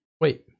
Wait